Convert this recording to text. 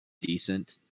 decent